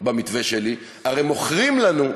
במתווה שלי: הרי מוכרים לנו,